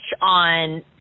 on